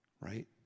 right